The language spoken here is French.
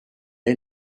est